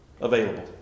available